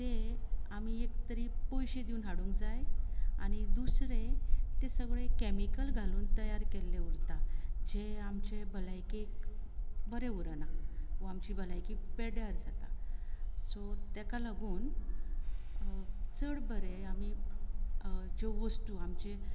ते आमी एक तरी पयशे दिवन हाडूंक जाय आनी दुसरे ते सगळे कॅमिकल घालून तयार केल्ले उरता जे आमचे भलायकेक बरें उरना वा आमची भलायकी पेड्यार जाता सो ताका लागून चड बरे आमी ज्यो वस्तू आमचे